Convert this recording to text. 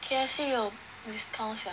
K_F_C 有 discount sia